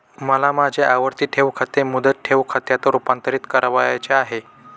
मला माझे आवर्ती ठेव खाते मुदत ठेव खात्यात रुपांतरीत करावयाचे आहे